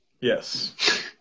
Yes